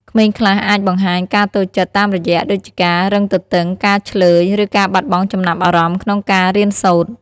ក្មេងខ្លះអាចបង្ហាញការតូចចិត្តតាមរយៈដូចជាការរឹងទទឹង ការឈ្លើយ ឬការបាត់បង់ចំណាប់អារម្មណ៍ក្នុងការរៀនសូត្រ។